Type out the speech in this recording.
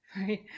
right